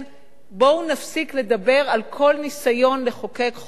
בואו נפסיק לדבר על כל ניסיון לחוקק חוק אחר,